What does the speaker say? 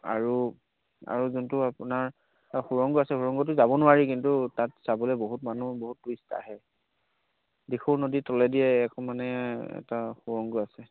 আৰু আৰু যোনটো আপোনাৰ সুুৰংগ আছে সুৰংগটো যাব নোৱাৰি কিন্তু তাত চাবলৈ বহুত মানুহ বহুত ট্য়ুৰিষ্ট আহে দিখৌ নদীৰ তলেদিয়ে একখো মানে এটা সুৰংগ আছে